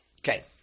Okay